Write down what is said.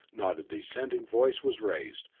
not a dissenting voice was raised,